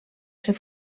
ser